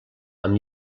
amb